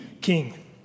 king